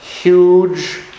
huge